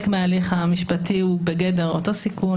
מההליך המשפטי הוא בגדר אותו סיכון.